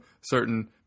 certain